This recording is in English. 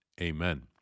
Amen